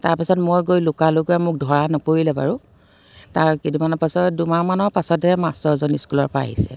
তাৰ পাছত মই গৈ লুকালোগৈ মোক ধৰা নপৰিলে বাৰু তাৰ কেইদিনমানৰ পাছত দুমাহমানৰ পাছতহে মাষ্টৰজন স্কুলৰ পৰা আহিছে